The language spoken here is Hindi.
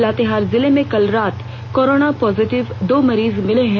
लातेहार जिले में कल रात कोरोना पॉजिटिव दो मरीज मिले हैं